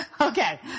Okay